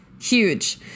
huge